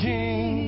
King